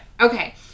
Okay